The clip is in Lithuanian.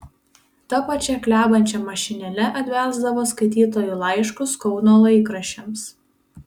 ta pačia klebančia mašinėle atbelsdavo skaitytojų laiškus kauno laikraščiams